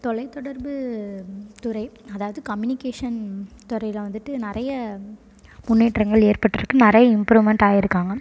தொலைத்தொடர்புத் துறை அதாவது கம்யூனிகேஷன் துறையில் வந்துட்டு நிறைய முன்னேற்றங்கள் ஏற்பட்டிருக்கு நிறைய இம்ப்ரூவ்மெண்ட் ஆகிருக்காங்க